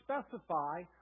specify